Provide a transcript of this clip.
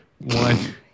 One